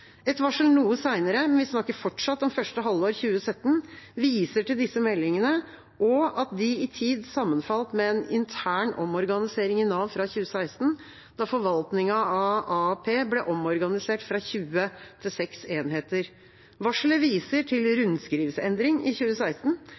Et varsel noe senere, men vi snakker fortsatt om første halvår i 2017, viser til disse meldingene og at de i tid sammenfalt med en intern omorganisering i Nav fra 2016, da forvaltningen av AAP ble omorganisert fra 20 til 6 enheter. Varselet viser til